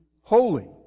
holy